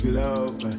love